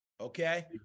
Okay